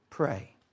Pray